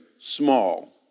small